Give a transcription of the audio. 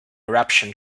eruption